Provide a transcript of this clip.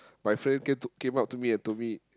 my friend came to came up to me and told me